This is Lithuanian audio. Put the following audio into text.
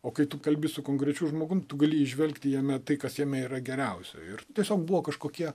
o kai tu kalbi su konkrečiu žmogum tu gali įžvelgti jame tai kas jame yra geriausia ir tiesiog buvo kažkokie